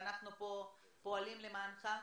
ואנחנו פה פועלים למענך?